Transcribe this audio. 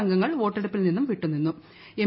അംഗങ്ങൾ വോട്ടെടുപ്പിൽ നിന്നും എം